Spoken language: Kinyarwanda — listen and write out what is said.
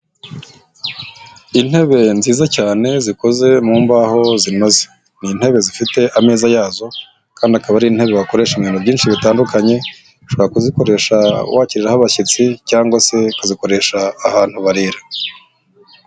Intebe nziza cyane zikoze mu mbaho ziinoze, ni intebe zifite ameza yazo kandi akaba ari intebe wakoresha ibintu byinshi bitandukanye, ushobora kuzikoresha wakiriraho abashyitsi cyangwa se ukazikoresha ahantu barira.